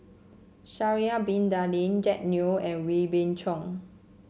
Sha'ari Bin Tadin Jack Neo and Wee Beng Chong